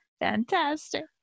fantastic